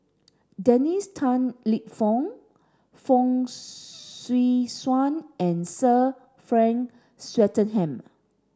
Dennis Tan Lip Fong Fong Swee Suan and Sir Frank Swettenham